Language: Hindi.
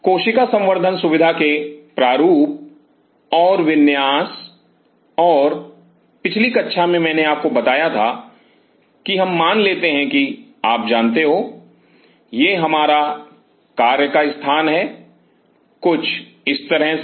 कोशिका संवर्धन सुविधा के प्रारूप और विन्यास और पिछली कक्षा में मैंने आपको बताया था कि हम मान लेते हैं कि आप जानते हो यह हमारा कार्य का स्थान है कुछ इस तरह से